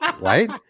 right